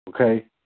Okay